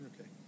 Okay